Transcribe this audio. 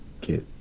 get